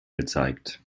gezeigt